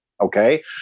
Okay